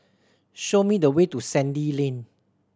show me the way to Sandy Lane